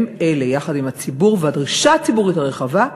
הם אלה, יחד עם הציבור, והדרישה הציבורית הרחבה,